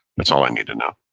that's all i need to know.